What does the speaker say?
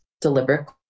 deliberate